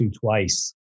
twice